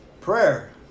Prayer